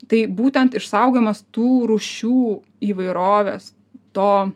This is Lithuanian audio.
tai būtent išsaugojimas tų rūšių įvairovės to